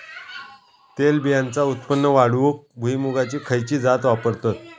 तेलबियांचा उत्पन्न वाढवूक भुईमूगाची खयची जात वापरतत?